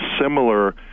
similar